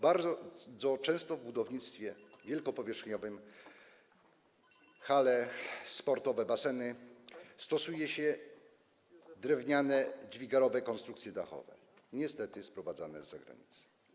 Bardzo często w budownictwie wielkopowierzchniowym - hale sportowe, baseny - stosuje się drewniane dźwigarowe konstrukcje dachowe, niestety sprowadzane z zagranicy.